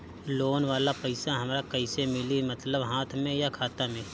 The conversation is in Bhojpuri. लोन वाला पैसा हमरा कइसे मिली मतलब हाथ में या खाता में?